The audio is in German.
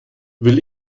will